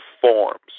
forms